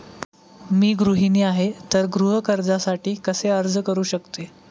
मी गृहिणी आहे तर गृह कर्जासाठी कसे अर्ज करू शकते?